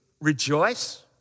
rejoice